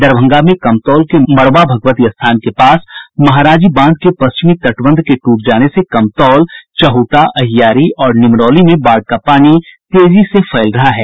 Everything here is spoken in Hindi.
दरभंगा में कमतौल के मड़वा भगवती स्थान के पास महाराजी बांध के पश्चिमी तटबंध के टूट जाने से कमतौल चहुटा अहियारी और निमरौली में बाढ़ का पानी तेजी से फैल रहा है